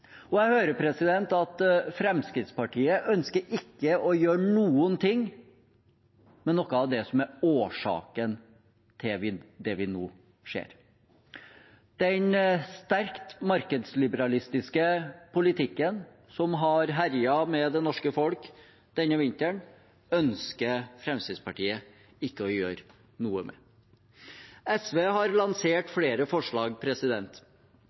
Jeg hører at Fremskrittspartiet ikke ønsker å gjøre noe med det som er årsaken til det vi nå ser. Den sterkt markedsliberalistiske politikken som har herjet med det norske folk denne vinteren, ønsker Fremskrittspartiet ikke å gjøre noe med. SV har lansert flere forslag